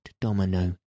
domino